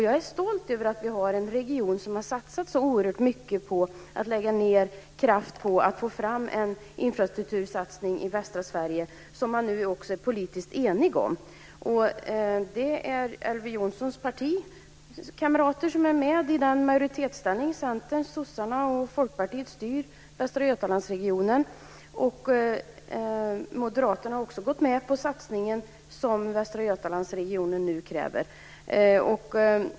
Jag är stolt över att vi har en region som har satsat så oerhört mycket på att lägga ned kraft på att få fram en infrastruktursatsning i västra Sverige som det finns politisk enighet om. Elver Jonssons partikamrater är med i denna majoritetsställning. Centern, sossarna och Folkpartiet styr Västra Götalandsregionen. Moderaterna har också gått med på den satsning som Västra Götalandsregionen kräver.